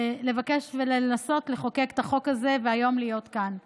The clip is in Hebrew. לבקש ולנסות לחוקק את החוק הזה ולהיות כאן היום.